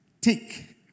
take